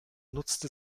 nutzte